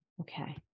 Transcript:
okay